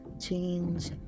change